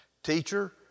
Teacher